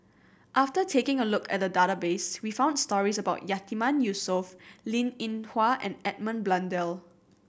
after taking a look at the database we found stories about Yatiman Yusof Linn In Hua and Edmund Blundell